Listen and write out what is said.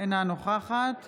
אינה נוכחת